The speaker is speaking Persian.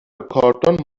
کارتن